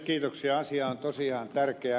kiitoksia asia on tosiaan tärkeä